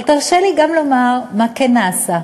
אבל תרשה לי גם לומר מה כן נעשה.